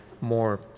more